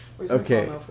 Okay